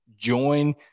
join